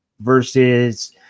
versus